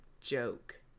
joke